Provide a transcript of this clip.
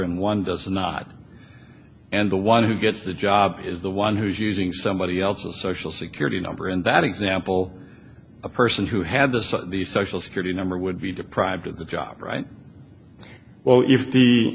and one does not and the one who gets the job is the one who's using somebody else's social security number in that example a person who had this on the social security number would be deprived of the job right well if the